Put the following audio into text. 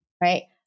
Right